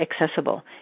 accessible